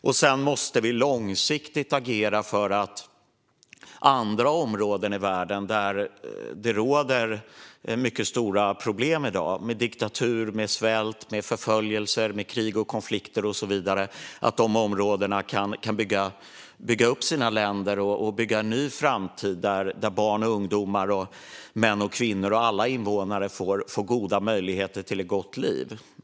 Långsiktigt måste vi också agera för att andra områden i världen, där det i dag råder mycket stora problem med diktatur, svält, förföljelser, krig, konflikter och så vidare, kan bygga upp sina länder och bygga en ny framtid där barn, ungdomar, män och kvinnor - alla invånare - får goda möjligheter till ett gott liv.